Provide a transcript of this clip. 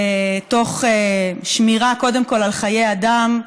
תוך שמירה קודם כול על חיי אדם,